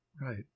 Right